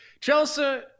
chelsea